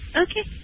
Okay